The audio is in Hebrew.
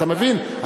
אתה מבין?